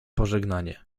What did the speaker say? pożegnanie